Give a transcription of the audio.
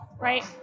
Right